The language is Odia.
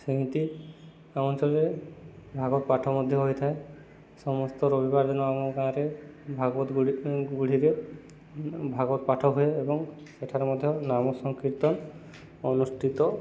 ସେମିତି ଆମ ଅଞ୍ଚଳରେ ଭାଗବତ ପାଠ ମଧ୍ୟ ହୋଇଥାଏ ସମସ୍ତ ରବିବାର ଦିନ ଆମ ଗାଁରେ ଭାଗବତ ଗୁଢ଼ିରେ ଭାଗବତ ପାଠ ହୁଏ ଏବଂ ସେଠାରେ ମଧ୍ୟ ନାମ ସଂକୀର୍ତ୍ତନ ଅନୁଷ୍ଠିତ